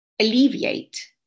alleviate